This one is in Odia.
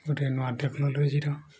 ଗୋଟେ ନୂଆ ଟେକ୍ନୋଲୋଜିର